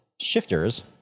shifters